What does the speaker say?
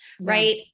right